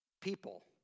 people